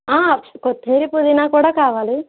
కొత్తిమీర పుదీనా కూడా కావాలి